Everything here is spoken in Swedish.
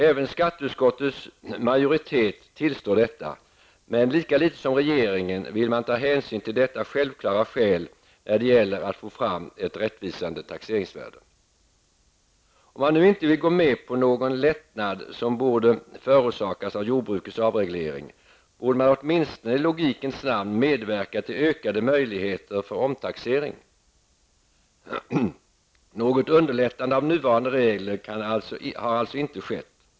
Även skatteutskottets majoritet tillstår detta, men lika litet som regeringen vill man ta hänsyn till detta självklara skäl när det gäller att få fram ett rättvisande taxeringsvärde. Om man nu inte vill gå med på någon lättnad, som borde ha föranletts av jordbrukets avreglering, borde man åtminstone i logikens namn medverka till ökade möjligheter för omtaxering. Någon lättnad av nuvarande regler har alltså inte skett.